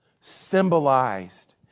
symbolized